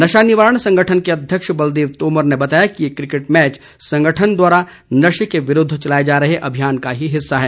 नशा निवारण संगठन के अध्यक्ष बलदेव तोमर ने बताया कि ये क्रिकेट मैच संगठन द्वारा नशे के विरूद्व चलाए जा रहे अभियान का ही हिस्सा है